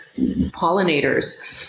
pollinators